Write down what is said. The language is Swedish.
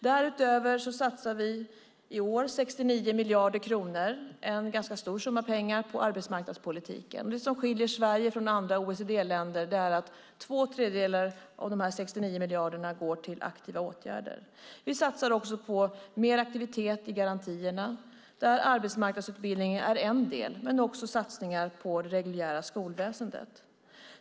Därutöver satsar vi i år 69 miljarder kronor - en ganska stor summa pengar - på arbetsmarknadspolitiken. Det som skiljer Sverige från andra OECD-länder är att två tredjedelar av de 69 miljarderna går till aktiva åtgärder. Vi satsar också på mer aktivitet i garantierna, där arbetsmarknadsutbildningen är en del, men vi gör också satsningar på det reguljära skolväsendet.